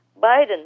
Biden